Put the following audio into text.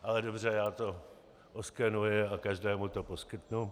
Ale dobře, já to oskenuji a každému to poskytnu.